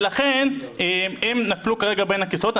ולכן, הם נפלו כרגע בין הכיסאות.